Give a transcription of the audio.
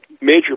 Major